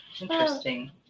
interesting